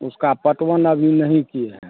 उसका पटवन अभी नहीं किए है